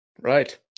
Right